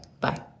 Bye